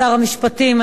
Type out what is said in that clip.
שר המשפטים,